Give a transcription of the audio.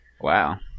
Wow